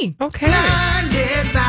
Okay